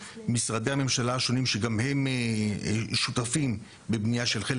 משרדי הממשלה השונים שגם שותפים בבניית חלק